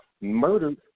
murdered